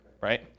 right